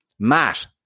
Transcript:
Matt